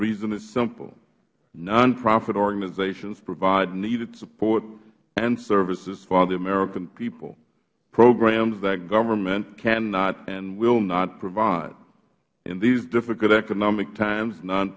reason is simple non profit organizations provide needed support and services for the american people programs that government cannot and will not provide in these difficult economic times non